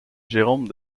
jérôme